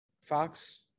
Fox